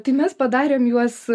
tai mes padarėm juos